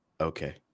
Okay